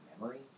memories